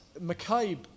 McCabe